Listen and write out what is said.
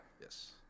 Yes